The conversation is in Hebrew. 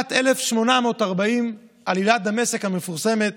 בשנת 1840 הייתה עלילת דמשק המפורסמת